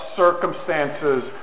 circumstances